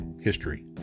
history